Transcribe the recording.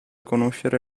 conoscere